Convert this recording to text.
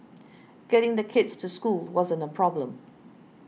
getting the kids to school wasn't a problem